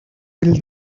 will